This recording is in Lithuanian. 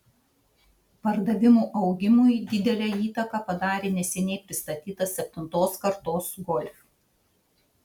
pardavimų augimui didelę įtaką padarė neseniai pristatytas septintos kartos golf